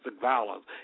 violence